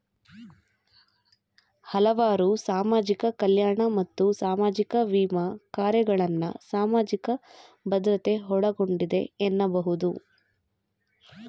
ಹಲವಾರು ಸಾಮಾಜಿಕ ಕಲ್ಯಾಣ ಮತ್ತು ಸಾಮಾಜಿಕ ವಿಮಾ ಕಾರ್ಯಕ್ರಮಗಳನ್ನ ಸಾಮಾಜಿಕ ಭದ್ರತೆ ಒಳಗೊಂಡಿದೆ ಎನ್ನಬಹುದು